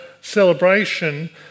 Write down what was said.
celebration